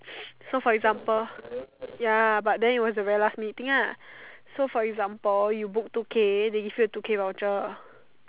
so for example ya but then it was a very last minute thing lah so for example you book two K they give you a two K voucher